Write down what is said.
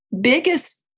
biggest